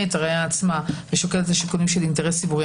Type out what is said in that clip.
את הראיה עצמה ושוקל את השיקולים של האינטרס הציבורי.